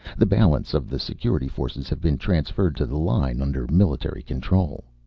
the balance of the security forces have been transferred to the line, under military control.